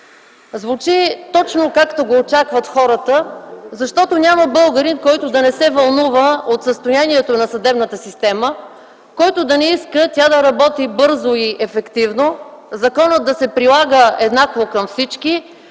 Звучи точно, както го очакват хората, защото няма българин, който да не се вълнува от състоянието на съдебната система, който да не иска тя да работи бързо и ефективно, законът да се прилага еднакво към всички